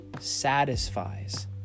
satisfies